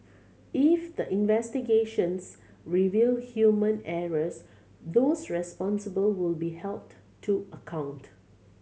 if the investigations reveal human errors those responsible will be held to account